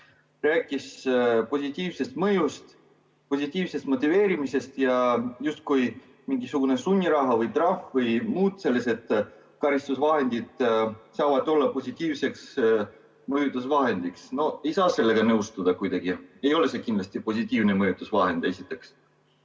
rääkis positiivsest mõjust, positiivsest motiveerimisest, justkui mingisugune sunniraha või trahv või muud sellised karistusvahendid saaksid olla positiivseks mõjutusvahendiks. No ei saa sellega kuidagi nõustuda. Ei ole see kindlasti positiivne mõjutusvahend, esiteks. Teiseks